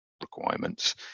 requirements